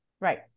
Right